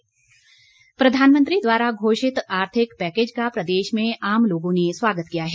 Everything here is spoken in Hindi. प्रतिक्रिया प्रधानमंत्री द्वारा घोषित आर्थिक पैकेज का प्रदेश में आम लोगों ने स्वागत किया है